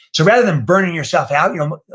so rather than burning yourself out, yeah um